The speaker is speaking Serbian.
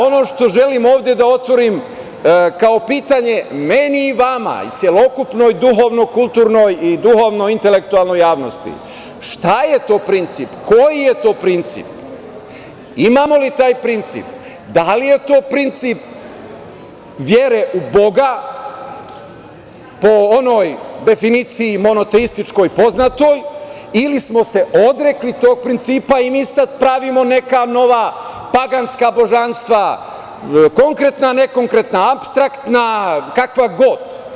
Ono što želim ovde da otvorim, kao pitanje meni i vama i celokupnoj duhovno-kulturnoj i duhovno-intelektualnoj javnosti šta je to princip, koji je to princip, imamo li taj princip, da li je to princip vere u Boga, po onoj definiciji monoteističkoj poznatoj, ili smo odrekli tog principa i mi sada pravimo neka paganska božanstva, konkretna, nekonkretna, apstraktan, kakva god.